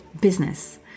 business